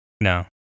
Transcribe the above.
No